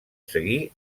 seguir